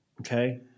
okay